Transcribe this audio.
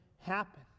happen